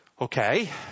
okay